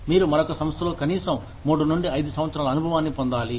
మీరు మరొక సంస్థలో కనీసం మూడు నుండి ఐదు సంవత్సరాల అనుభవాన్ని పొందాలి